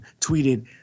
tweeted